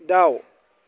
दाउ